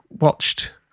watched